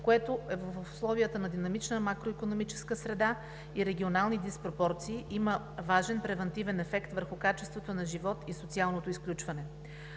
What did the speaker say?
което в условията на динамична макроикономическа среда и регионални диспропорции има важен превантивен ефект върху качеството на живот и социалното изключване.